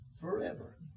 forever